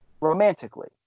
romantically